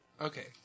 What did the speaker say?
Okay